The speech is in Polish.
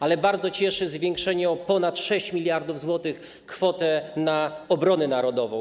Ale bardzo cieszy zwiększenie o ponad 6 mld zł kwoty na obronę narodową.